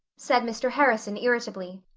said mr. harrison irritably.